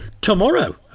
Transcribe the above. tomorrow